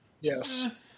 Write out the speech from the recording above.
yes